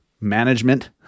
management